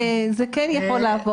זה כן יכול לעבור,